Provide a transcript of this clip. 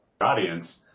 audience